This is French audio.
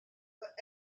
peut